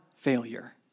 failure